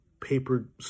paper